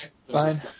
fine